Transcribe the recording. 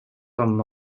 from